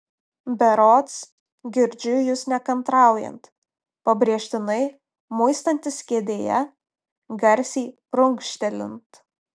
berods girdžiu jus nekantraujant pabrėžtinai muistantis kėdėje garsiai prunkštelint